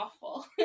awful